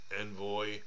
envoy